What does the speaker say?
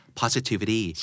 positivity